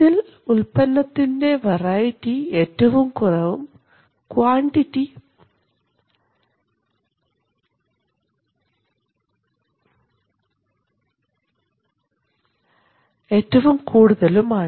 ഇതിൽ ഉൽപ്പന്നത്തിൻറെ വെറൈറ്റി ഏറ്റവും കുറവും പക്ഷേ ക്വാണ്ടിറ്റി ഏറ്റവും കൂടുതലുമാണ്